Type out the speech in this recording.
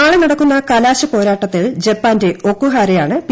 നാളെ നടക്കുന്ന കലാശപ്പോർാട്ടത്തിൽ ജപ്പാന്റെ ഒക്കുഹാരയാണ് പി